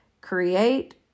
create